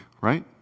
right